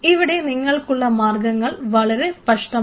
ഇവിടെ നിങ്ങൾക്കുള്ള മാർഗങ്ങൾ വളരെ സ്പഷ്ടമാണ്